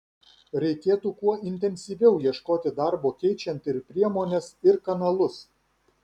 reikėtų kuo intensyviau ieškoti darbo keičiant ir priemones ir kanalus